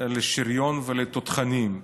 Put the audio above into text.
לשריון ולתותחנים.